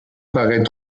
parait